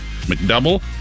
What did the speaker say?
McDouble